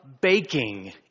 baking